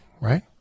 right